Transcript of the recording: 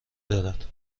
دارد